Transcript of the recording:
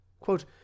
Quote